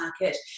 market